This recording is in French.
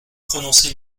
prononcer